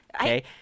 Okay